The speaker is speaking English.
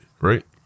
right